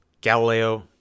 Galileo